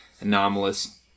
anomalous